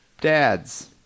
dads